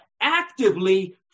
actively